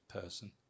person